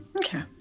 Okay